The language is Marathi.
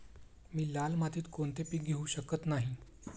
मी लाल मातीत कोणते पीक घेवू शकत नाही?